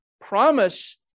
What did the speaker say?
promise